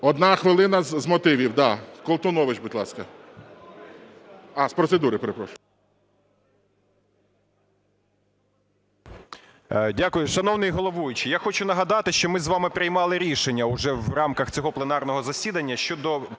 Одна хвилина з мотивів, Колтунович, будь ласка. З процедури, перепрошую. 11:44:53 КОЛТУНОВИЧ О.С. Дякую. Шановний головуючий, я хочу нагадати, що ми з вами приймали рішення уже в рамках цього пленарного засідання щодо